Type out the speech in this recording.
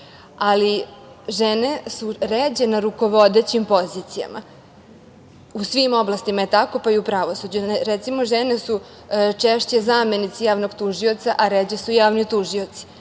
Ali, žene su ređe na rukovodećim pozicijama. U svim oblastima je tako, pa i u pravosuđu. Recimo, žene su češće zamenici javnog tužioca, a ređe su javni tužioci.